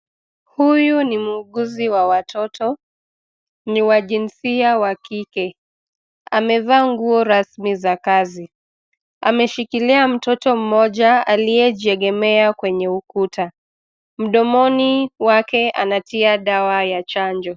Huyu ni muuguzi wa watoto, ni wa jinsia wa kike. Amevaa nguo rasmi za kazi. Ameshikilia mtoto mmoja aliye jiegemea kwenye ukuta. Mdomoni wake anatia dawa ya chanjo.